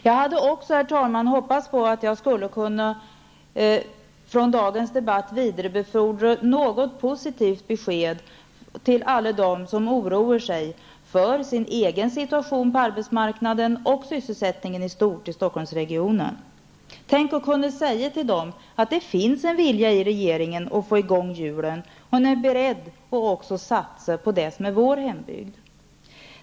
Jag hade, herr talman, också hoppats på att jag från dagens debatt skulle kunna vidarebefordra något positivt besked till alla dem som oroar sig för sin egen situation på arbetsmarknaden och sysselsättningen i stort i Stockholmsregionen. Tänk att kunna säga till dem att det finns en vilja i regeringen att få i gång hjulen; man är beredd att satsa också på det som är vår hembygd.